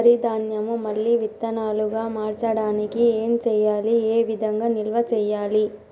వరి ధాన్యము మళ్ళీ విత్తనాలు గా మార్చడానికి ఏం చేయాలి ఏ విధంగా నిల్వ చేయాలి?